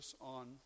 on